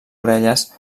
orelles